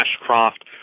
Ashcroft